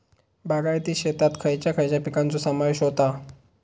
बागायती शेतात खयच्या खयच्या पिकांचो समावेश होता?